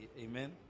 Amen